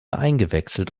eingewechselt